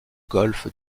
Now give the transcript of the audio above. golfe